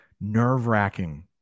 nerve-wracking